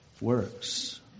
works